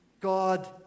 God